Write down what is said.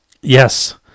Yes